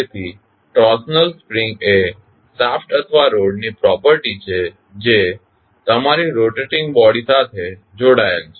તેથી torsional spring એ shaft અથવા રોડ ની પ્રોપર્ટી છે જે તમારી રોટેટીંગ બોડી સાથે જોડાયેલ છે